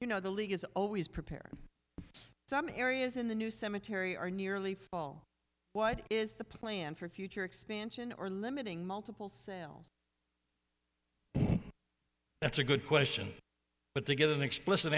you know the league is always prepared some areas in the new cemetery are nearly full what is the plan for future expansion or limiting multiple sales that's a good question but to get an explicit